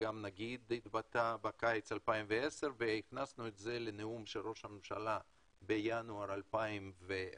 גם הנגיד התבטא ב-2010 והכנסתנו את זה לנאום של ראש הממשלה בינואר 2011